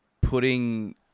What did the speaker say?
putting